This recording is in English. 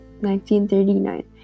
1939